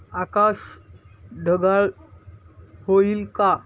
आकाश ढगाळ होईल का